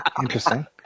Interesting